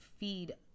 Feed